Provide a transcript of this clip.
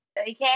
okay